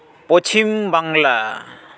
Paschim Bangla